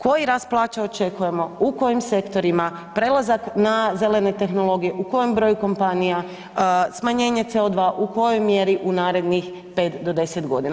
Koji rast plaća očekujemo, u kojim sektorima, prelazak na zelene tehnologije, u koje broju kompanija, smanjenje CO2 u kojoj mjeri u narednih 5 do 10 godina?